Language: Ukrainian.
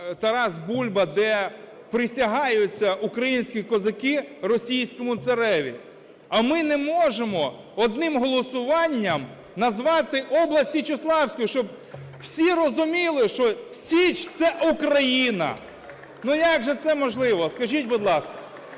"Тарас Бульба", де присягаються українські козаки російському цареві. А ми не можемо одним голосуванням назвати область Січеславською, щоб всі розуміли, що Січ – це Україна. Ну як же це можливо, скажіть, будь ласка?